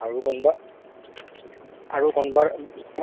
আৰু কোনবা আৰু কোনবা